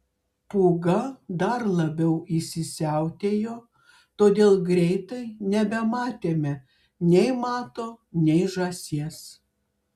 pūga dar labiau įsisiautėjo todėl greitai nebematėme nei mato nei žąsies